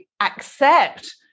accept